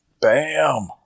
bam